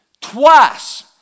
twice